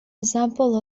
example